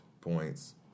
points